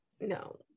No